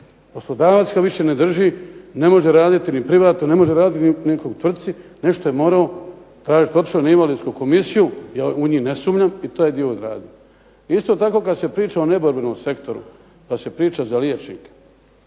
poslodavac ga više ne drži. Ne može raditi niti privatno, ne može raditi ni u nekoj tvrtci. Nešto je morao tražiti. Otišao je na invalidsku komisiju, ja u njih ne sumnjam i taj dio odradio. Isto tako kad se priča o neborbenom sektoru, pa se priča za liječnike.